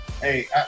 Hey